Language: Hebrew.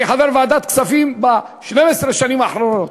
אני חבר ועדת הכספים ב-12 שנים האחרונות,